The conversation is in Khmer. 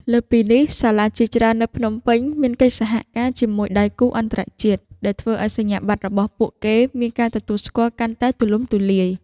លើសពីនេះ សាលាជាច្រើននៅភ្នំពេញមានកិច្ចសហការជាមួយដៃគូអន្តរជាតិ ដែលធ្វើឱ្យសញ្ញាបត្ររបស់ពួកគេមានការទទួលស្គាល់កាន់តែទូលំទូលាយ។